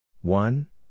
one